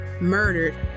murdered